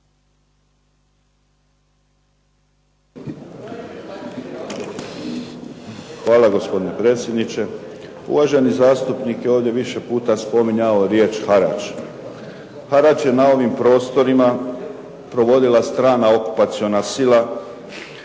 Hvala gospodine predsjedniče. Uvaženi zastupnik je ovdje više puta spominjao riječ harač, harač je na ovim prostorima provodila strana okupaciona sila.